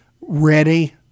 ready